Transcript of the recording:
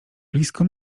blisko